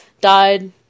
died